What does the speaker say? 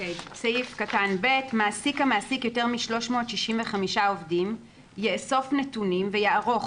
מעסיק המעסיק יותר מ-365 עובדים יאסוף נתונים ויערוך,